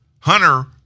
Hunter